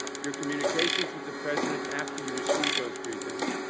your communications with the president after you received those briefings,